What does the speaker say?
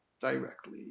directly